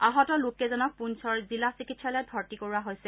আহত লোককেইজনক পুঞ্ণৰ জিলা চিকিৎসালয়ত ভৰ্তি কৰোৱা হৈছে